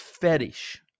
fetish